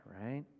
right